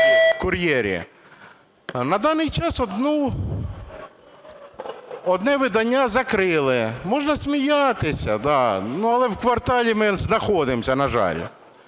На даний час одне видання закрили. Можна сміятися, але в "Кварталі" ми знаходимось, на жаль,